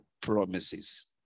promises